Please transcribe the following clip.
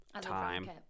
time